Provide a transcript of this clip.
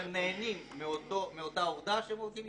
והם נהנים מאותה עובדה שהם הולכים להיות בכלא.